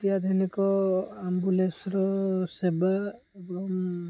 ଆତ୍ୟାଧୁନିକ ଆମ୍ବୁଲେନ୍ସର ସେବା ଏବଂ